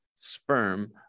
sperm